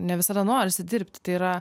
ne visada norisi dirbti tai yra